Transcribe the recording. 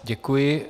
Děkuji.